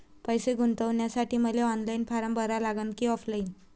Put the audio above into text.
पैसे गुंतन्यासाठी मले ऑनलाईन फारम भरा लागन की ऑफलाईन?